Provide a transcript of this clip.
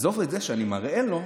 עזוב את זה שאני מראה לו,